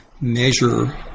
measure